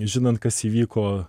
žinant kas įvyko